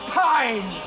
pine